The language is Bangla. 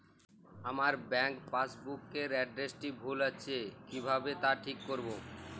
আমার ব্যাঙ্ক পাসবুক এর এড্রেসটি ভুল আছে কিভাবে তা ঠিক করবো?